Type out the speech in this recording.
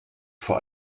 vor